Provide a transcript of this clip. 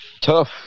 tough